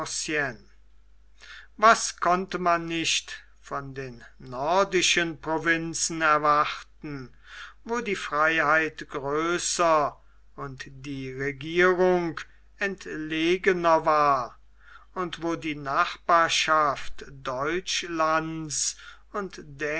was konnte man nicht von den nordischen provinzen erwarten wo die freiheit größer und die regierung entlegener war und wo die nachbarschaft deutschlands und